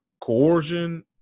coercion